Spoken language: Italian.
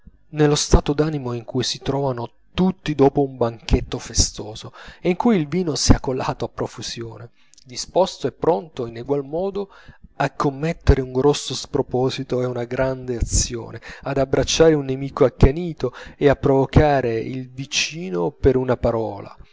nello stato d'animo in cui si trovano tutti dopo un banchetto festoso in cui il vino sia colato a profusione disposto e pronto in egual modo a commettere un grosso sproposito e una grande azione ad abbracciare un nemico accanito e a provocare il vicino per una parola